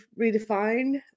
redefine